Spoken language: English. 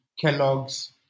Kellogg's